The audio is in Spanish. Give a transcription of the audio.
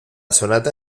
sonata